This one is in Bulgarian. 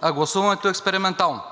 а гласуването експериментално;